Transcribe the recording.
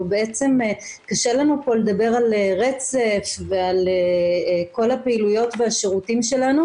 קשה לנו פה לדבר על רצף ועל כל הפעילויות והשירותים שלנו